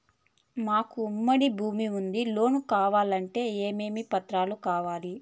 మాకు ఉమ్మడి భూమి ఉంది లోను కావాలంటే ఏమేమి పత్రాలు కావాలి?